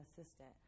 assistant